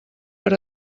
per